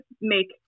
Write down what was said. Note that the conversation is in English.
make